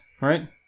right